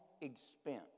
Expense